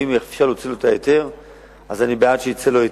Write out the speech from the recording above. ואם אפשר להוציא לו את ההיתר אז אני בעד שיוציאו לו היתר.